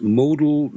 modal